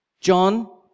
John